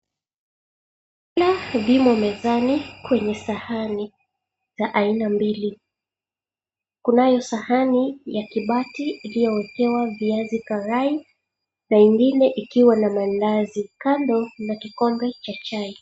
Vyakula vimo mezani kwenye sahani za aina mbili, kunayo sahani ya kibati iliyowekewa viazi karai na ingine ikiwa na maandazi. Kando mna kikombe cha chai.